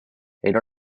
era